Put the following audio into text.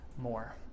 more